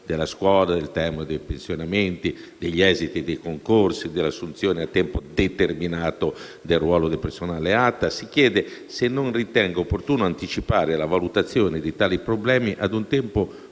della scuola, sul tema dei pensionamenti, sugli esiti dei concorsi e delle assunzioni a tempo determinato e del ruolo del personale ATA, se non ritenga opportuno anticipare la valutazione di tali problemi ad un tempo poco